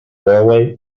railway